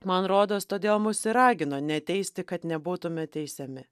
man rodos todėl mus ir ragina neteisti kad nebūtume teisiami